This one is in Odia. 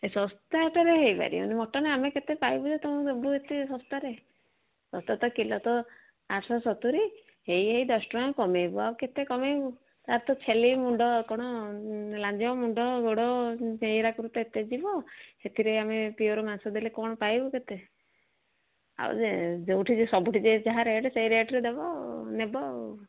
ଏ ଶସ୍ତାଟାରେ ହେଇପାରିବନି ମଟନ ଆମେ କେତେ ପାଇବୁ ଯେ ତମୁକୁ ଦବୁ ଏତେ ଶସ୍ତାରେ ଶସ୍ତା ତ କିଲୋ ତ ଆଠଶହ ସତୁରି ହେଇ ହେଇ ଦଶ ଟଙ୍କା କମେଇବୁ ଆଉ କେତେ କମେଇବୁ ତାର ତ ଛେଲି ମୁଣ୍ଡ କଣ ଲାଞ୍ଜ ମୁଣ୍ଡ ଗୋଡ଼ ଏଗୁରାକରୁ ତ ଏତେ ଯିବ ସେଥିରେ ଆମେ ପିଓର ମାଂସ ଦେଲେ କଣ ପାଇବୁ କେତେ ଆଉ ଯେଉଁଠି ସବୁଠି ଯାହା ରେଟ୍ ସେଇ ରେଟରେ ଦେବ ଆଉ ନେବ ଆଉ